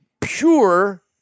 pure